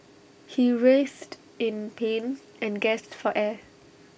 he writhed in pain and gasped for air